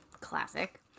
Classic